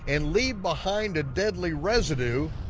and leave behind a deadly residue,